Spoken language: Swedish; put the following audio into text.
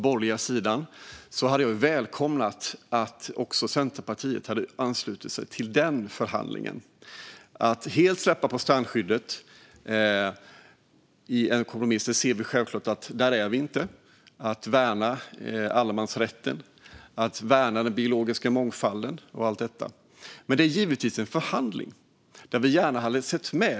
Jag hade välkomnat om Centerpartiet hade anslutit sig till förhandlingen med den liberalt borgerliga sidan. Någon kompromiss där vi helt släpper på strandskyddet har vi självklart inte. Det handlar om att värna allemansrätten, den biologiska mångfalden och så vidare. Men det är givetvis en förhandling. Vi hade gärna sett mer.